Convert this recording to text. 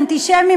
אנטישמי,